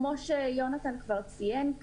כמו שיונתן כבר ציין,